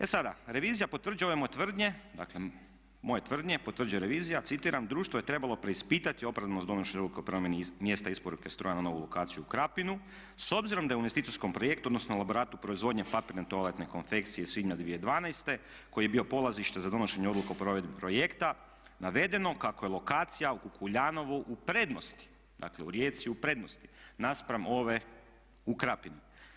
E sada, revizija potvrđuje ove moje tvrdnje, dakle moje tvrdnje potvrđuje revizija, citiram, društvo je trebalo preispitati opravdanost donošenja odluka o promjeni mjesta isporuke stroja na novu lokaciju u Krapinu, s obzirom da je u investicijskom projektu odnosno … [[Govornik se ne razumije]] proizvodnje papirne i toaletne konfekcije svibnja 2012. koji je bio polazište za donošenje odluke o provedbi projekta navedeno kako je lokacija u Kukuljanovu u prednosti, dakle u Rijeci u prednosti naspram ove u Krapini.